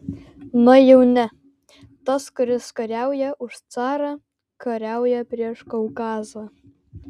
na jau ne tas kuris kariauja už carą kariauja prieš kaukazą